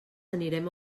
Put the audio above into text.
anirem